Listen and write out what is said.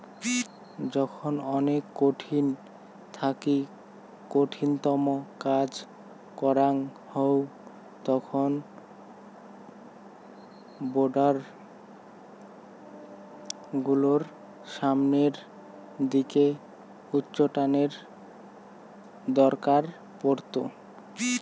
যখন অনেক কঠিন থাকি কঠিনতম কাজ করাং হউ তখন রোডার গুলোর সামনের দিকে উচ্চটানের দরকার পড়ত